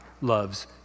loves